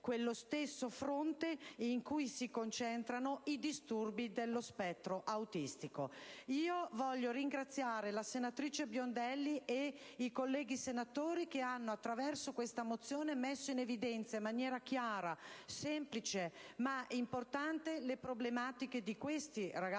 quello stesso fronte in cui si concentrano i disturbi dello spettro autistico. Voglio ringraziare la senatrice Biondelli e i colleghi senatori che hanno, attraverso questa mozione, messo in evidenza in maniera chiara, semplice ma importante le problematiche di questi ragazzi